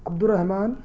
عبد الرحمان